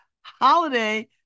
holiday